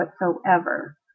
whatsoever